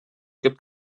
gibt